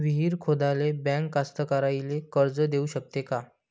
विहीर खोदाले बँक कास्तकाराइले कर्ज देऊ शकते का?